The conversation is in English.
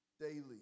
daily